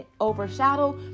overshadow